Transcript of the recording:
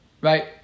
right